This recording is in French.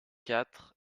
quatre